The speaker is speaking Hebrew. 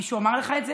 מישהו אמר לך את זה?